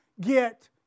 get